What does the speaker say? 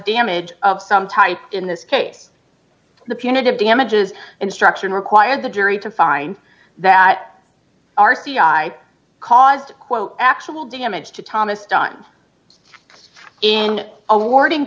damage of some type in this case the punitive damages instruction require the jury to find that r t i caused quote actual damage to thomas done in awarding